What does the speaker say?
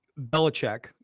Belichick